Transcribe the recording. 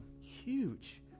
huge